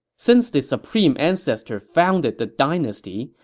since the supreme ancestor founded the dynasty,